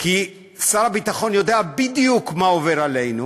כי שר הביטחון יודע בדיוק מה עובר עלינו,